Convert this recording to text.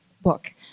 book